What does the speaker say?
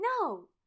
no